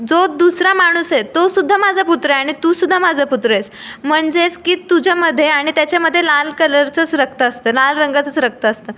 जो दुसरा माणूस आहे तोसुद्धा माझा पुत्र आहे आणि तूसुद्धा माझा पुत्र आहेस म्हणजेच की तुझ्यामध्ये आणि त्याच्यामध्ये लाल कलरचंच रक्त असतं लाल रंगाचंच रक्त असतं